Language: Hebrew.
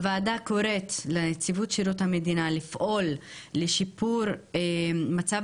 הוועדה קוראת לנציבות שירות המדינה לפעול לשיפור מצב